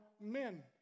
men